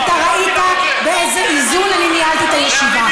כי אתה ראית באיזה איזון אני ניהלתי את הישיבה.